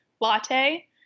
latte